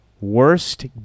worst